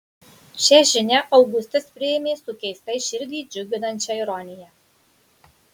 šią žinią augustas priėmė su keistai širdį džiuginančia ironija